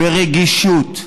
ברגישות,